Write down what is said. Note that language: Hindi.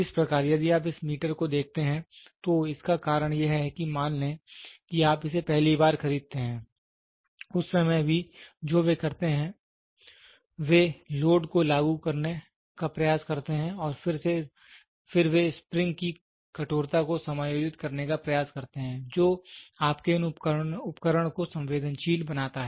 इस प्रकार यदि आप इस मीटर को देखते हैं तो इसका कारण यह है कि मान लें कि आप इसे पहली बार खरीदते हैं उस समय भी जो वे करते हैं वे लोड को लागू करने का प्रयास करते हैं और फिर वे स्प्रिंग की कठोरता को समायोजित करने का प्रयास करते हैं जो आपके इन उपकरण को संवेदनशील बनाता है